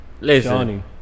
Listen